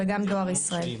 גם דואר ישראל,